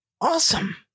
awesome